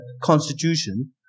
constitution